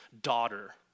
daughter